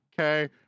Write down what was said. okay